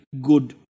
good